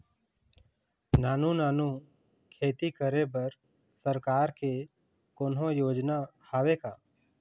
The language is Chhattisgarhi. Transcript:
नानू नानू खेती करे बर सरकार के कोन्हो योजना हावे का?